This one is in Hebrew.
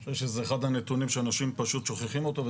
אני חושב שזה אחד הנתונים שאנשים פשוט שוכחים אותו,